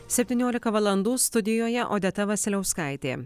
septyniolika valandų studijoje odeta vasiliauskaitė